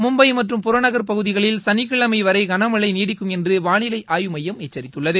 மும்பை மற்றும் புறநகர் பகுதிகளில் சனிக்கிழமை வரை கனமழை நீடிக்கும் என்று வானிலை ஆய்வு மையம் எச்சரித்துள்ளது